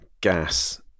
gas